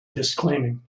disclaiming